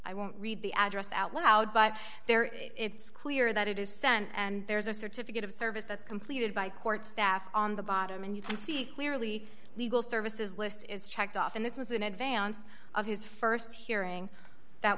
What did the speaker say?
i won't read the address out loud but there is it's clear that it is sent and there's a certificate of service that's completed by court staff on the bottom and you can see clearly legal services list is checked off and this was in advance of his st hearing that